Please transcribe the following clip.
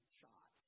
shot